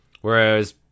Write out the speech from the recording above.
Whereas